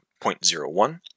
0.01